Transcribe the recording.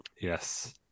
Yes